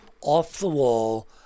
off-the-wall